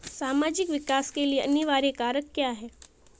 सामाजिक विकास के लिए अनिवार्य कारक क्या है?